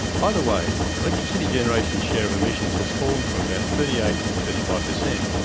either way, electricity generation's share of emissions has fallen from about thirty eight to thirty five per cent.